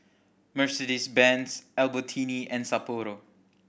Mercedes Benz Albertini and Sapporo